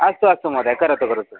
अस्तु अस्तु महोदय करोतु करोतु